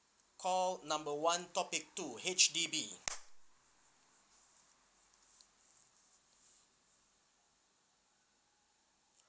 call number one topic two H_D_B